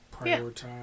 prioritize